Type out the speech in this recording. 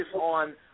on